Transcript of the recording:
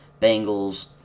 Bengals